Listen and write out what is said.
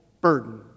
burden